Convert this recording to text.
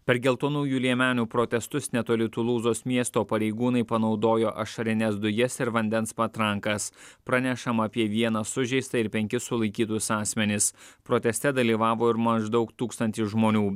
per geltonųjų liemenių protestus netoli tulūzos miesto pareigūnai panaudojo ašarines dujas ir vandens patrankas pranešama apie vieną sužeistą ir penkis sulaikytus asmenis proteste dalyvavo ir maždaug tūkstantis žmonių